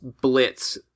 blitz